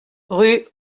rue